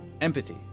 Empathy